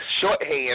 shorthand